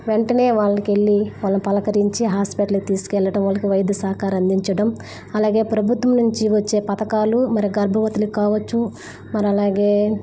వెంటనే వాళ్ళింటికెళ్ళి వాళ్ళని పలకరించి హాస్పిటల్కి తీసుకెళ్ళటం వాళ్ళకి వైద్య సహకారం అందించడం అలాగే ప్రభుత్వం నుంచి వచ్చే పథకాలు మరి గర్భవతులకి కావచ్చు మరలాగే